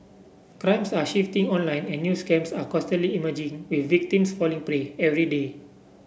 crimes are shifting online and new scams are constantly emerging with victims falling prey every day